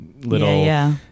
little